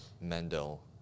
Mendel